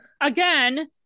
again